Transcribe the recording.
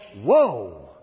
whoa